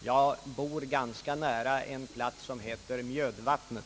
Jag bor ganska nära en plats som heter Mjödvattnet.